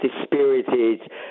dispirited